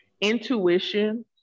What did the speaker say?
intuition